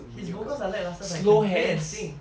his vocals are lacklustre but he can play and sing